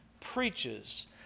preaches